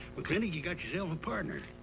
mclintock, you got yourself a partner.